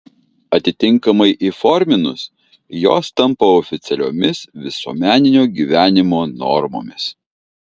atitinkamai įforminus jos tampa oficialiomis visuomeninio gyvenimo normomis